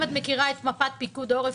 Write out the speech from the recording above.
אם את מכירה את מפת פיקוד העורף,